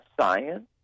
science